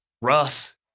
Russ